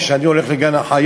או כשאני הולך לגן-החיות,